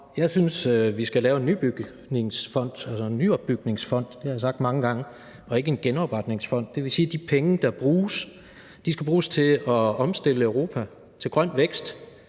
Jeg synes, vi skal lave en nyopbygningsfond – det har jeg sagt mange gange – og ikke en genopretningsfond. Det vil sige, at de penge, der bruges, skal bruges til at omstille Europa til grøn vækst.